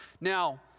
Now